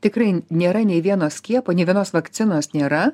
tikrai nėra nei vieno skiepo nei vienos vakcinos nėra